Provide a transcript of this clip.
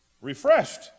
refreshed